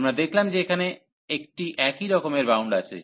আমরা দেখলাম যে এখানে একটি একই রকমের বাউন্ড আছে